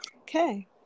Okay